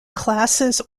classes